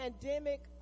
pandemic